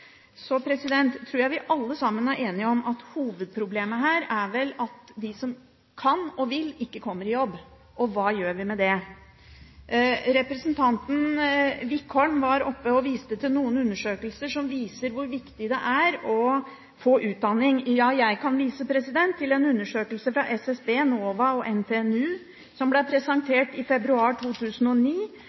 Så tror jeg vi alle sammen er enige om at hovedproblemet her er at de som kan og vil jobbe, ikke kommer i jobb. Hva gjør vi med det? Representanten Wickholm var oppe og viste til noen undersøkelser som viser hvor viktig det er å få utdanning. Jeg kan vise til en undersøkelse fra SSB, NOVA og NTNU som ble presentert i februar 2009,